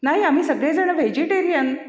नाई आम्ही सगळेजण व्हेजिटेरियन